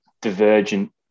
divergent